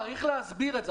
צריך להסביר את זה.